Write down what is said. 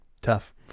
tough